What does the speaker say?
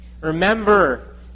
Remember